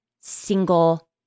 single